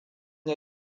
ya